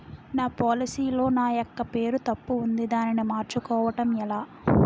నా పోలసీ లో నా యెక్క పేరు తప్పు ఉంది దానిని మార్చు కోవటం ఎలా?